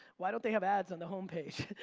why don't they have ads on the homepage.